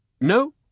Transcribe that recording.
No